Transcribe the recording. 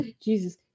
Jesus